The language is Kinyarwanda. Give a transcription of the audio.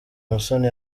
musoni